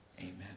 Amen